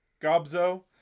Gobzo